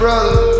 Brother